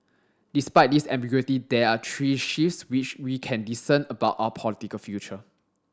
despite this ambiguity there are three shifts which we can discern about our political future